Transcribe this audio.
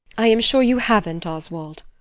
i am sure you haven't, oswald.